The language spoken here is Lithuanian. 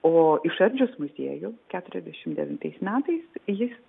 o išardžius muziejų keturiasdešimt devintais metais jis